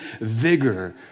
vigor